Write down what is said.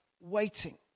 waiting